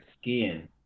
skiing